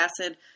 acid